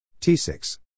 T6